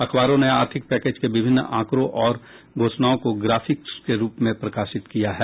अखबारों ने आर्थिक पैकेज के विभिन्न आंकड़ों और घोषणाओं को ग्राफिक्स के रूप में प्रकाशित किया है